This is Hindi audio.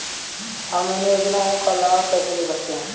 हम इन योजनाओं का लाभ कैसे ले सकते हैं?